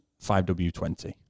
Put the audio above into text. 5W20